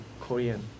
Korean